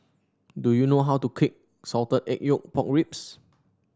do you know how to Salted Egg Pork Ribs